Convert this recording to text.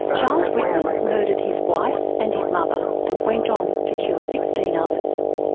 but charles whitman murdered his wife and his mother and went on to kill sixteen others.